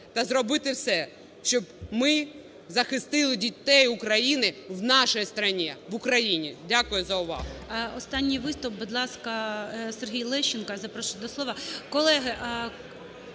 та зробити все, щоб ми захистили дітей України в нашей стране – в Україні. Дякую за увагу.